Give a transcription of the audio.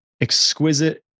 exquisite